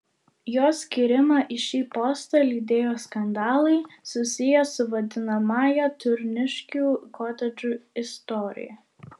jo skyrimą į šį postą lydėjo skandalai susiję su vadinamąja turniškių kotedžų istorija